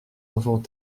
enfants